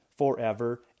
Forever